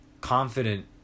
confident